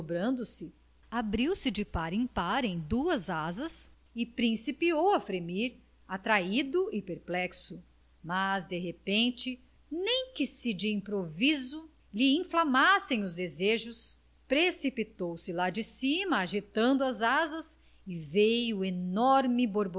e desdobrando se abriu-se de par em par em duas asas e principiou a fremir atraído e perplexo mas de repente nem que se de improviso lhe inflamassem os desejos precipitou-se lá de cima agitando as asas e veio enorme